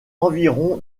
environ